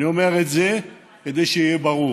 אני אומר את זה כדי שיהיה ברור.